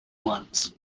ones